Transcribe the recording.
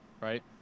right